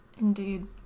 Indeed